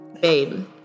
babe